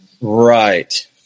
Right